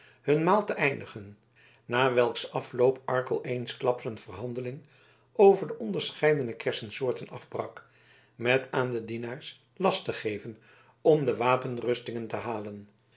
hun maal te eindigen na welks afloop arkel eensklaps een verhandeling over de onderscheidene kersensoorten afbrak met aan de dienaars last te geven om de wapenrustingen te halen